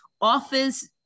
office